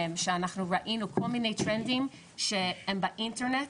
שאנחנו ראינו כל מיני טרנדים שהם באינטרנט